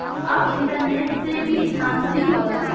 अब इंटरनेट से भी धांधली होता